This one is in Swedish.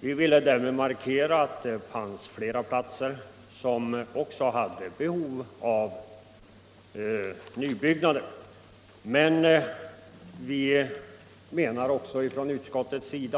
Vi ville därmed markera att det fanns flera platser som hade behov av nybyggnader. Utskottet har emellertid inte ansett det möjligt